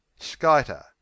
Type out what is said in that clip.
Skiter